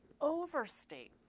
overstate